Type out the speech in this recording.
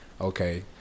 okay